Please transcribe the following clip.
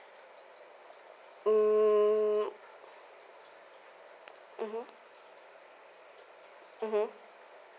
mm mmhmm